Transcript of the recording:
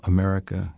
America